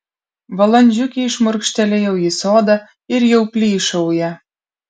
valandžiukei šmurkštelėjau į sodą ir jau plyšauja